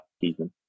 season